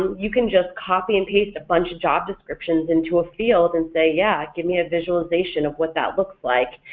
you can just copy and paste a bunch of job descriptions into a field and say yeah give me a visualization of what that looks like.